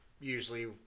Usually